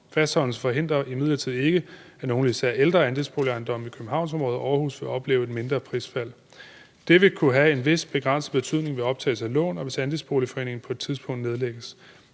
Fastholdelsen forhindrer imidlertid ikke, at nogle af de især ældre andelsboligejendomme i Københavnsområdet og Aarhus vil opleve et mindre prisfald. Det vil kunne have en vis begrænset betydning ved optagelse af lån, og hvis andelsboligforeningen på et tidspunkt nedlægges.